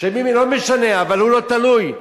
לא משנה, אבל הוא לא תלוי.